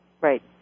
right